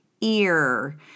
ear